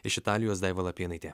iš italijos daiva lapėnaitė